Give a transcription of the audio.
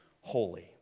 holy